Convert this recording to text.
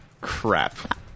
crap